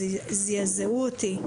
שזעזעו אותי.